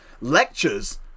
lectures